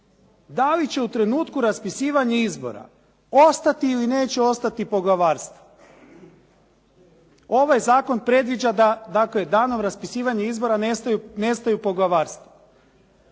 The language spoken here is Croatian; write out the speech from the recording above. da li će u trenutku raspisivanja izbora ostati ili neće ostati poglavarstvo. Ovaj zakon predviđa da dakle danom raspisivanja izbora nestaju poglavarstva.